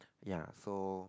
ya so